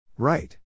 Right